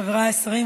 חבריי השרים,